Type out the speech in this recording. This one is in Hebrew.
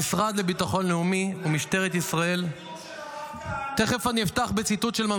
המשרד לביטחון לאומי ומשטרת ישראל --- השר וסרלאוף,